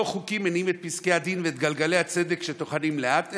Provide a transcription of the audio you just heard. לא חוקים מניעים את פסקי הדין ואת גלגלי הצדק שטוחנים לאט,